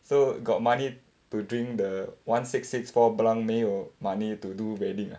so got money to drink the one six six four Blanc 没有 money to do wedding ah